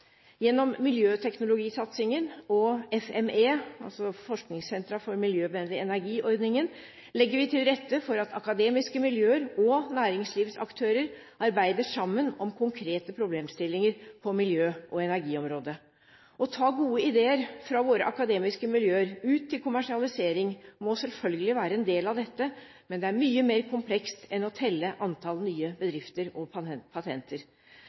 Gjennom miljøteknologisatsingen og FME-ordningen – forskningssentre for miljøvennlig energi-ordningen – legger vi til rette for at akademiske miljøer og næringslivsaktører arbeider sammen om konkrete problemstillinger på miljø- og energiområdet. Å ta gode ideer fra våre akademiske miljøer ut til kommersialisering må selvfølgelig være en del av dette, men det er mye mer komplekst enn å telle antall nye bedrifter og patenter.